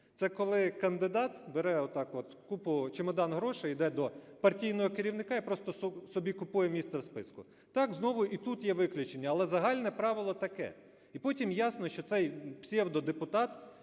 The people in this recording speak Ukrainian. Це коли кандидат бере отак купу, чемодан грошей, іде до партійного керівника і просто собі купує місце в списку. Так, знову і тут є виключення, але загальне правило таке. І потім ясно, що цей псевдодепутат,